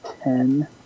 ten